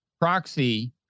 proxy